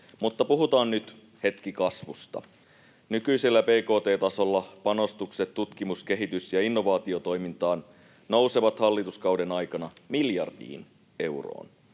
mutta puhutaan nyt hetki kasvusta. Nykyisellä bkt:n tasolla panostukset tutkimus‑, kehitys‑ ja innovaatiotoimintaan nousevat hallituskauden aikana miljardiin euroon.